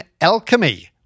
alchemy